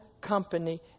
company